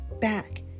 back